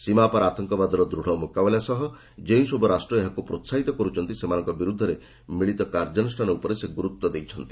ସୀମାପାର ଆତଙ୍କବାଦର ଦୃଢ଼ ମୁକାବିଲା ସହ ଯେଉଁସବୁ ରାଷ୍ଟ୍ର ଏହାକୁ ପ୍ରେସାହିତ କରୁଛନ୍ତି ସେମାନଙ୍କ ବିରୁଦ୍ଧରେ ମିଳିତ କାର୍ଯ୍ୟାନୁଷ୍ଠାନ ଉପରେ ମଧ୍ୟ ସେ ଗୁରୁତ୍ୱ ଦେଇଛନ୍ତି